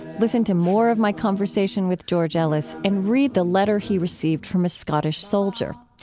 listen to more of my conversation with george ellis and read the letter he received from a scottish soldier.